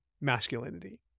masculinity